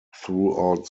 throughout